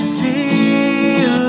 feel